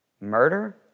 murder